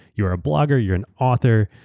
you're a blogger, you're an author,